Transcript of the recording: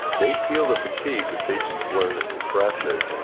they feel the fatigue, but they just learn to suppress it,